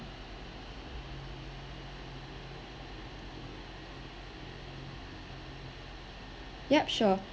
yup sure